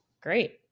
great